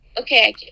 okay